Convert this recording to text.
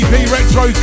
Retro